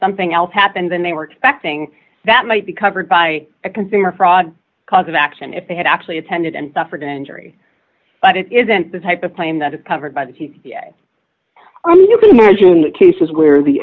something else happened then they were expecting that might be covered by a consumer fraud cause of action if they had actually attended and suffered injury but it isn't the type of claim that is covered by the army you can imagine the cases where the